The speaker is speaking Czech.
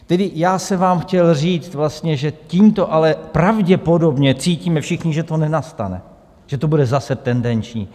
Tedy já jsem vám chtěl vlastně říct, že tímto ale pravděpodobně cítíme všichni, že to nenastane, že to bude zase tendenční.